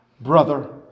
brother